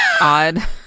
odd